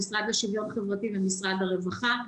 המשרד לשוויון חברתי ומשרד הרווחה.